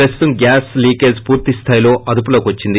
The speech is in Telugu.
ప్రస్తుతం గ్యాస్ లీకీజి పూర్తి స్థాయిలో అదుపులోకి వచ్చింది